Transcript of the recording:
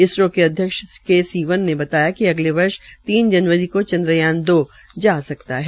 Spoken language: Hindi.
इसरो के अध्यक्ष के सीवन ने बताया कि अगले वर्ष तीन जनवरी को चंद्रयान दो जा सकता है